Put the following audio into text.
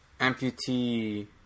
amputee